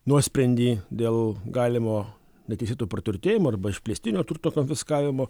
nuosprendį dėl galimo neteisėto praturtėjimo arba išplėstinio turto konfiskavimo